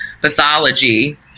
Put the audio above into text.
pathology